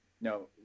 No